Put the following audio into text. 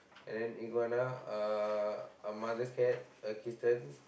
and then iguana uh a mother cat a kitten